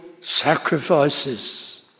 sacrifices